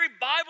Bible